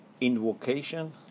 invocation